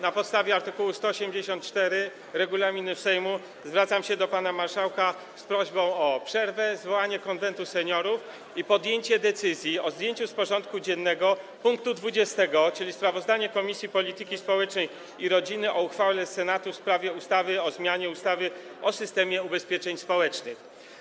Na podstawie art. 184 regulaminu Sejmu zwracam się do pana marszałka z prośbą o ogłoszenie przerwy, zwołanie Konwentu Seniorów i podjęcie decyzji o zdjęciu z porządku dziennego punktu 20., czyli sprawozdania Komisji Polityki Społecznej i Rodziny o uchwale Senatu w sprawie ustawy o zmianie ustawy o systemie ubezpieczeń społecznych.